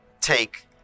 take